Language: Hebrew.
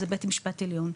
זה בית משפט עליון.